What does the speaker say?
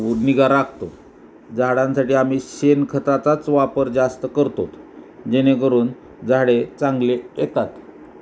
निगा राखतो झाडांसाठी आम्ही शेणखताचाच वापर जास्त करतो जेणेकरून झाडे चांगले येतात